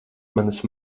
manas